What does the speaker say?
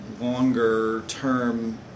longer-term